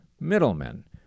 middlemen